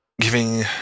giving